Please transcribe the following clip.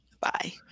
Bye